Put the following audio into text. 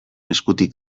eskutik